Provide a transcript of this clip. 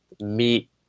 meet